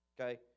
okay